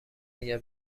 اگر